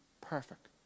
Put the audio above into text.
perfect